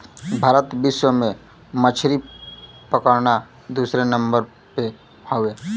भारत विश्व में मछरी पकड़ना दूसरे नंबर पे हौ